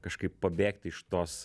kažkaip pabėgti iš tos